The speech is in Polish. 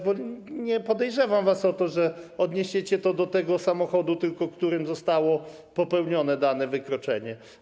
Bo nie podejrzewam was o to, że odniesiecie to tylko do tego samochodu, w którym zostało popełnione dane wykroczenie.